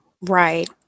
Right